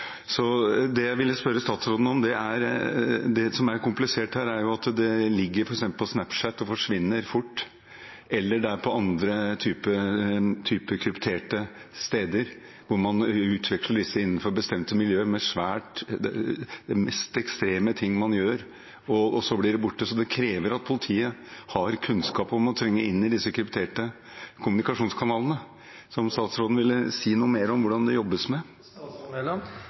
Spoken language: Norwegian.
det startet på denne måten. Det jeg ville spørre statsråden om, er: Det som er komplisert her, er at dette f.eks. ligger på Snapchat og forsvinner fort, eller at det er på andre typer krypterte steder, der man utveksler disse videoene innenfor bestemte miljøer, med de mest ekstreme ting man gjør – og så blir det borte. Det krever at politiet har kunnskap om å trenge inn i disse krypterte kommunikasjonskanalene. Vil statsråden si noe mer om hvordan det jobbes